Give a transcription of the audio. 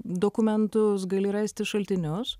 dokumentus gali rasti šaltinius